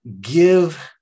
give